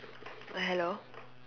hello